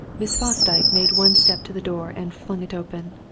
miss fosdyke made one step to the door and flung it open.